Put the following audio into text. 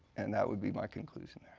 and that would be my conclusion.